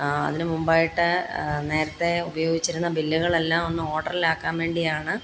അതിനുമുമ്പായിട്ട് നേരത്തെ ഉപയോഗിച്ചിരുന്ന ബില്ലുകളെല്ലാം ഒന്ന് ഓഡർലാക്കാൻ വേണ്ടിയാണ്